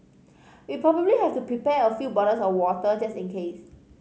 we probably have to prepare a few bottles of water just in case